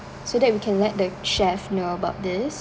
so that we can let the chef know about this